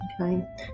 Okay